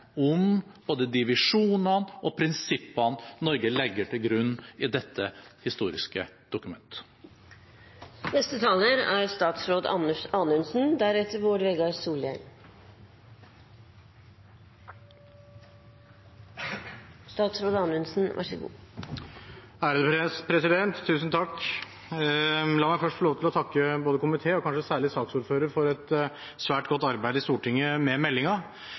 om både de visjonene og de prinsippene Norge legger til grunn i dette historiske dokumentet. La meg først få takke både komité og kanskje særlig saksordfører for et svært godt arbeid med meldingen i Stortinget. Det er naturligvis slik at det som polarminister og konstitusjonelt ansvarlig for Bouvetøya-meldingen er fristende å holde et